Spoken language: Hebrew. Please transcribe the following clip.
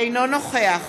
אינו נוכח